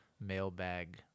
mailbag